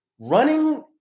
running